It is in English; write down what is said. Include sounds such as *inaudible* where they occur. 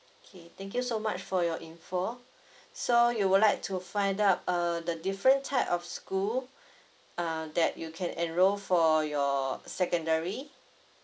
okay thank you so much for your info *breath* so you would like to find up uh the different type of school *breath* uh that you can enrol for your secondary